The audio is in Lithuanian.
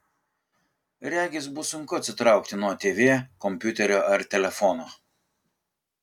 regis bus sunku atsitraukti nuo tv kompiuterio ar telefono